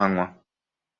hag̃ua